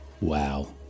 wow